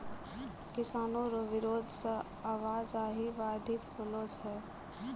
किसानो रो बिरोध से आवाजाही बाधित होलो छै